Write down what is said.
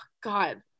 god